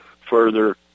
further